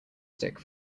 stick